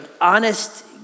honest